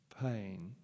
pain